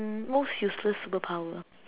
um most useless superpower